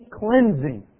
cleansing